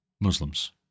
Muslims